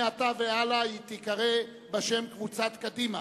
מעתה והלאה היא תיקרא בשם קבוצת סיעת קדימה,